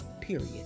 period